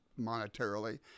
monetarily